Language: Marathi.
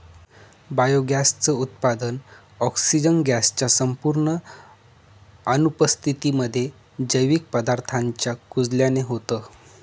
बायोगॅस च उत्पादन, ऑक्सिजन गॅस च्या संपूर्ण अनुपस्थितीमध्ये, जैविक पदार्थांच्या कुजल्याने होतं